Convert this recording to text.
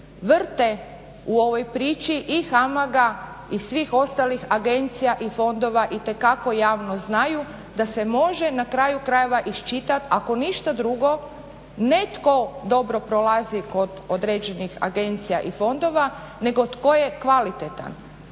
vrte u ovoj priči i HAMAG-a i svih ostalih agencija i fondova itekako javno znaju da se može na kraju krajeva iščitati ako ništa drugo ne tko dobro prolazi kod određenih agencija i fondova nego tko je kvalitetan.